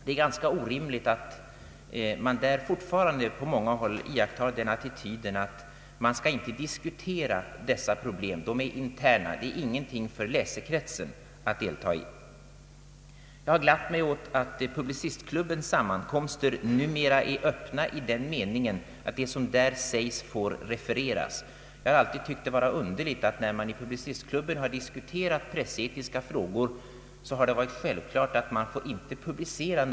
Det är ganska orimligt att man fortfarande på många håll intar den attityden att dessa problem inte skall diskuteras öppet i tidningarna — de är interna och ingenting för läsekretsen. Det är bra att Publicistklubben sammankomster numera är öppna i den meningen att vad som där sägs får refereras. Jag har alltid tyckt att det varit underligt att när man i Publicistklubben har diskuterat pressetiska frågor, så har det varit en regel att vad som där sagts inte fått publiceras.